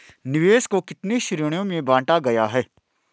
निवेश को कितने श्रेणियों में बांटा गया है?